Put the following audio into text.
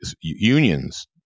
unions